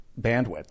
bandwidth